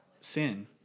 sin